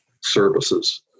services